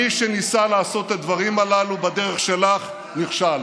מי שניסה לעשות את הדברים הללו בדרך שלך נכשל,